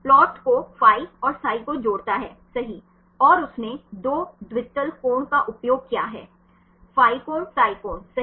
plot को phi और psi को जोड़ता है सही और उसने 2 द्वितल कोण का उपयोग किया है phi कोण psi कोण सही